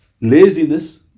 laziness